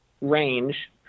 range